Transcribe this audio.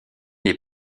est